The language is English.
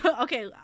Okay